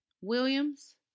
Williams